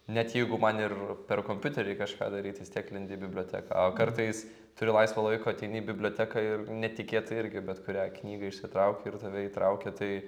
net jeigu man ir per kompiuterį kažką daryt vis tiek lendi į biblioteką o kartais turi laisvo laiko ateini į biblioteką ir netikėtai irgi bet kurią knygą išsitrauki ir tave įtraukia tai